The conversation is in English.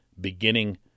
beginning